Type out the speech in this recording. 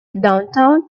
downtown